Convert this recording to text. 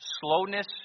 slowness